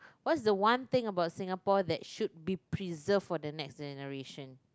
what's the one thing about Singapore that should be preserved for the next generation